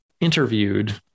interviewed